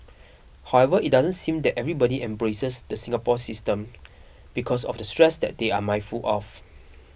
however it doesn't mean that everybody embraces the Singapore system because of the stress that they are mindful of